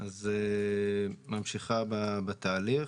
ממשיכה בתהליך.